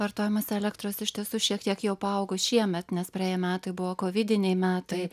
vartojimas elektros iš tiesų šiek tiek jau paaugo šiemet nes praėję metai buvo kovidiniai metai